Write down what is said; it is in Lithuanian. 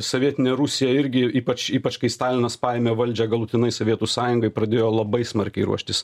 sovietinė rusija irgi ypač ypač kai stalinas paėmė valdžią galutinai sovietų sąjungai pradėjo labai smarkiai ruoštis